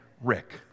Rick